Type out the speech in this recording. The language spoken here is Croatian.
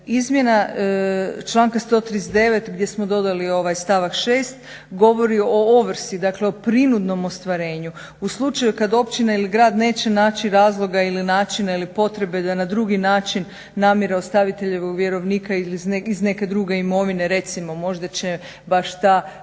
Izmjena članka 139. gdje smo dodali ovaj stavak 6. govori o ovrsi, dakle o prinudnom ostvarenju u slučaju kad općina ili grad neće naći razloga ili načina ili potrebe da na drugi način namire ostaviteljevog vjerovnika ili iz neke druge imovine. Recimo možda će baš ta